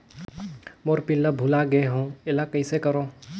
मोर pin ला भुला गे हो एला कइसे करो?